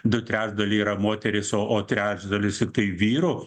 du trečdaliai yra moterys o o trečdalis tiktai vyrų